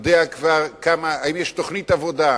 האם יש תוכנית עבודה?